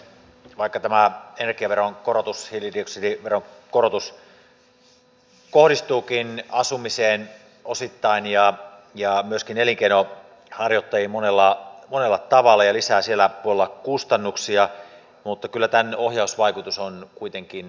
vaikka tämä energiaveron korotus hiilidioksidiveron korotus kohdistuukin asumiseen osittain ja myöskin elinkeinonharjoittajiin monella tavalla ja lisää siellä puolella kustannuksia niin kyllä tämän ohjausvaikutus on kuitenkin merkittävä